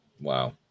Wow